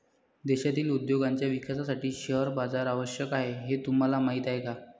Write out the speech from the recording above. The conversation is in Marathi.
देशातील उद्योगांच्या विकासासाठी शेअर बाजार आवश्यक आहे हे तुम्हाला माहीत आहे का?